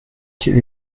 quel